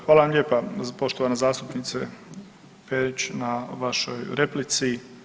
Hvala vam lijepa poštovana zastupnice Perić na vašoj replici.